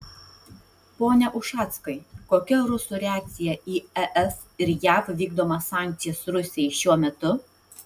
pone ušackai kokia rusų reakcija į es ir jav vykdomas sankcijas rusijai šiuo metu